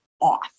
off